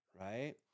right